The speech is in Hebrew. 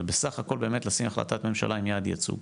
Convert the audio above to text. אבל באמת לשים החלטת ממשלה עם יעד ייצוג,